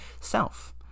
self